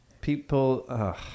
people